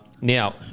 Now